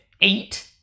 eight